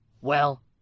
Well